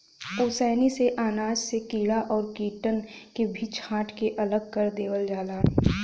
ओसैनी से अनाज से कीड़ा और कीटन के भी छांट के अलग कर देवल जाला